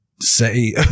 say